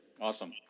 Awesome